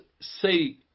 say